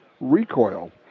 recoil